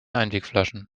einwegflaschen